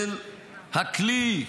של הכלי,